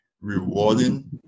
rewarding